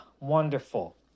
wonderful